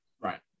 Right